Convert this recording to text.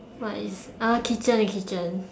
what is uh kitchen eh kitchen